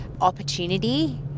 opportunity